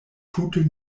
tute